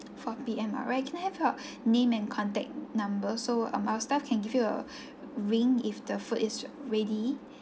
four P_M alright can I have your name and contact number so um our staff can give you a ring if the food is ready